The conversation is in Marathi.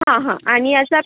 हा हा आणि ह्याचा